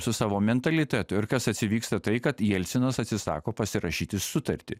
su savo mentalitetu ir kas tas įvyksta tai kad jelcinas atsisako pasirašyti sutartį